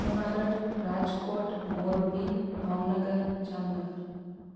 Junagadh Rajkot Morbi Bhavnagar Jamnagar